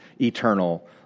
eternal